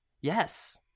Yes